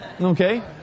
Okay